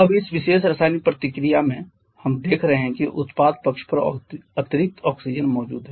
अब इस विशेष रासायनिक प्रतिक्रिया में हम देख रहे हैं कि उत्पाद पक्ष पर अतिरिक्त ऑक्सीजन मौजूद है